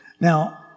Now